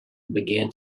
began